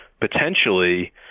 potentially